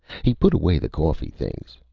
he put away the coffee things.